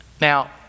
now